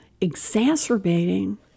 exacerbating